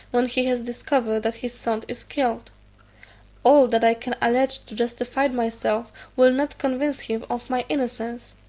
when he has discovered that his son is killed all that i can allege to justify myself will not convince him of my innocence.